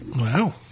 Wow